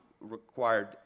required